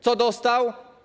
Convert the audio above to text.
Co dostał?